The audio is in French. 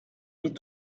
mit